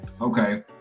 okay